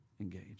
Engage